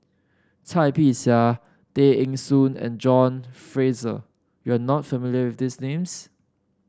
Cai Bixia Tay Eng Soon and John Fraser you are not familiar with these names